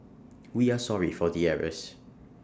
we are sorry for the errors